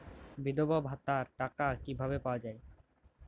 বিধবা ভাতার টাকা কিভাবে পাওয়া যাবে?